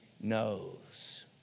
knows